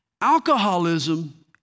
Alcoholism